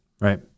Right